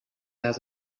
has